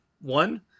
one